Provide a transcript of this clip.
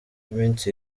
iminsi